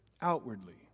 Outwardly